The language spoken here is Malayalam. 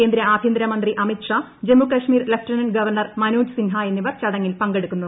കേന്ദ്ര ആഭൃന്തര മന്ത്രി അമിത് ഷാ ജമ്മു കശ്മീർ ലെഫ്റ്റനന്റ് ഗവർണർ മനോജ് സിൻഹ എന്നിവർ ചടങ്ങിൽ പങ്കെടുത്തു